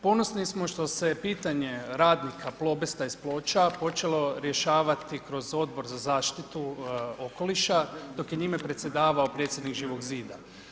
Ponovni smo što se pitanje radnika Plobesta iz Ploča počelo rješavati kroz Odbor za zaštitu okoliša dok je njime predsjedavao predsjednik Živog zida.